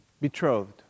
Betrothed